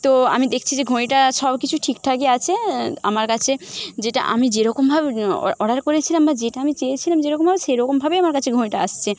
তো আমি দেখছি যে ঘড়িটা সব কিছু ঠিকঠাকই আছে আমার কাছে যেটা আমি যেরকমভাবে অর্ডার করেছিলাম বা যেটা আমি চেয়েছিলাম যেরকমভাবে সেরকমভাবেই আমার কাছে ঘড়িটা আসছে